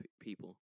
people